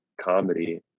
comedy